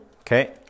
Okay